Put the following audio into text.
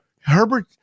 herbert